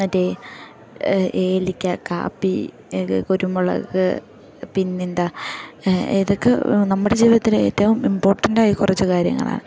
മറ്റേ ഏലക്ക കാപ്പി കുരുമുളക് പിന്നെന്താ ഇതൊക്കെ നമ്മുടെ ജീവിതത്തിലെ ഏറ്റവും ഇമ്പോർട്ടൻറ്റായ കുറച്ച് കാര്യങ്ങളാണ്